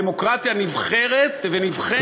דמוקרטיה נבחרת ונבחנת,